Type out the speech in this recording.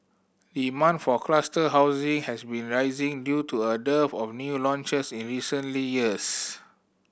demand for cluster housing has been rising due to a dearth of new launches in recently years